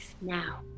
now